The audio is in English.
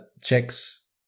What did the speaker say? checks